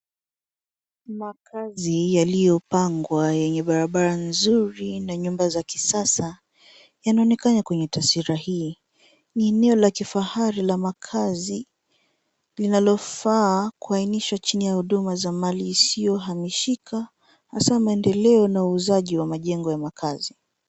Makazi yaliyopangwa yenye barabara nzuri na nyumba za kisasa, yanaonekana kwenye taswira hii. Ni eneo la kifahari la makazi, linalofaa kuainishwa chini ya huduma za malisio hamishika, hasa maendeleo na uuzaji wa majengo ya makazi.